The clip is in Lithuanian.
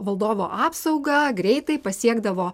valdovo apsauga greitai pasiekdavo